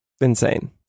insane